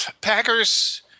Packers